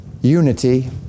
unity